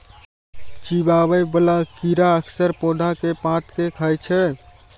चिबाबै बला कीड़ा अक्सर पौधा के पात कें खाय छै